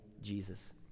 Jesus